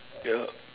ya